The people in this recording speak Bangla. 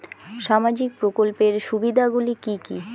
সামাজিক প্রকল্পের সুবিধাগুলি কি কি?